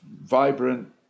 vibrant